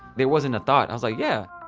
there wasn't a thought. i was like, yeah.